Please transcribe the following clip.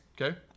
Okay